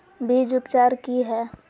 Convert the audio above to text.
बीज उपचार कि हैय?